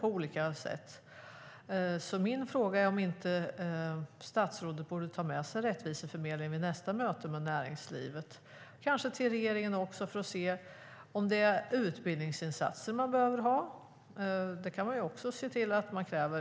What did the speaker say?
olika sätt. Min fråga är om statsrådet inte borde ta med sig Rättviseförmedlingen till nästa möte med näringslivet, kanske till regeringen också för att se om det är utbildningsinsatser som behövs. Det kan man också se till att man kräver.